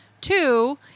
Two